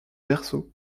verso